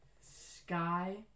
Sky